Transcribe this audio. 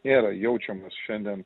nėra jaučiamas šiandien